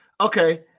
Okay